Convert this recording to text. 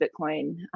Bitcoin